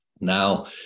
Now